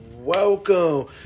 Welcome